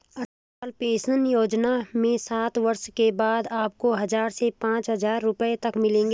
अटल pension Yojana में साठ वर्ष के बाद आपको हज़ार से पांच हज़ार रुपए तक मिलेंगे